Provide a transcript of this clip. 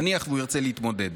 נניח שהוא ירצה להתמודד,